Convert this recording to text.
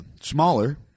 smaller